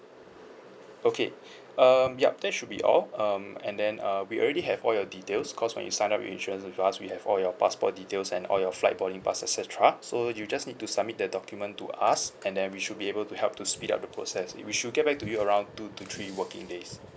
okay um yup that should be all um and then uh we already have all your details cause when you sign up your insurance with us we have all your passport details and all your flight boarding pass et cetera so you just need to submit the document to us and then we should be able to help to speed up the process we should get back to you around two to three working days